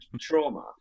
trauma